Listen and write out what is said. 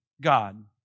God